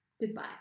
Goodbye